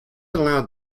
allowed